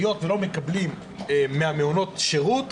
היות שלא מקבלים מהמעונות שירות,